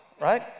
right